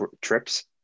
trips